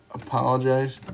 apologize